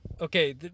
okay